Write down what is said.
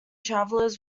travelers